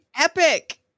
epic